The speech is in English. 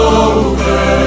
over